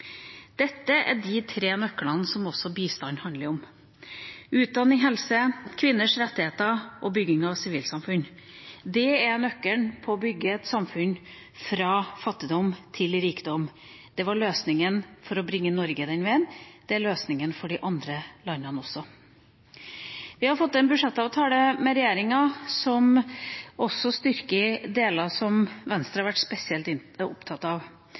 Dette er de tre nøklene som også bistand handler om. Utdanning, helse, kvinners rettigheter og bygging av sivilsamfunn er nøklene til å bygge et samfunn fra fattigdom til rikdom. Det var løsningen for å bringe Norge den veien, det er løsningen for de andre landene også. Vi har fått til en budsjettavtale med regjeringa som også styrker deler som Venstre har vært spesielt opptatt av,